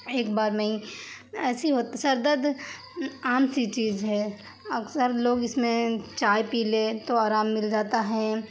ایک بار نہیں ایسی ہوتا سر درد عام سی چیز ہے اکثر لوگ اس میں چائے پی لیں تو آرام مل جاتا ہے